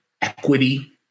equity